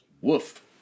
Woof